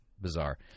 bizarre